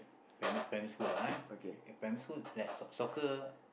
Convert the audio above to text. primary primary school lah like soccer